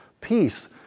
Peace